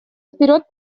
вперед